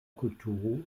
kulturo